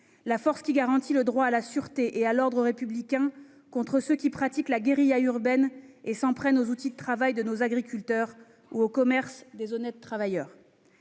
la force qui garantit le droit à la sûreté et l'ordre républicain contre ceux qui pratiquent la guérilla urbaine et s'en prennent aux outils de travail de nos agriculteurs, à nos commerces, bref aux honnêtes travailleurs.